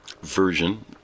version